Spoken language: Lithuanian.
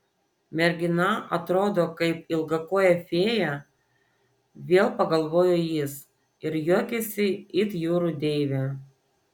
mergina atrodo kaip ilgakojė fėja vėl pagalvojo jis ir juokiasi it jūrų deivė